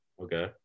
Okay